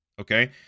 okay